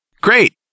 Great